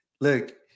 Look